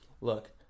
look